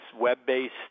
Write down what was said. web-based